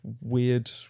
weird